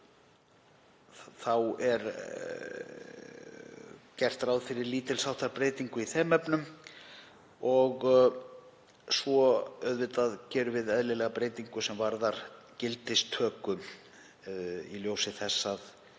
Gert er ráð fyrir lítils háttar breytingu í þeim efnum og svo gerum við auðvitað eðlilega breytingu sem varðar gildistöku í ljósi þess að